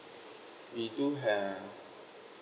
we do have